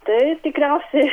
taip tikriausiai